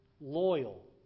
loyal